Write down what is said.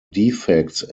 defects